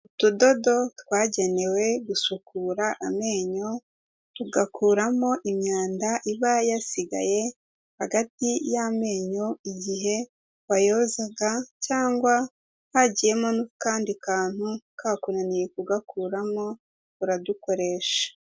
Utudodo twagenewe gusukura amenyo tugakuramo imyanda iba yasigaye hagati y'amenyo igihe wayozaga, cyangwa hagiyemo n'akandi kantu kakunaniye kugakuramo uradukoresha.